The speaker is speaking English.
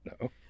No